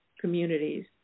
communities